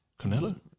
Canelo